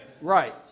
right